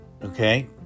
Okay